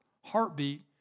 heartbeat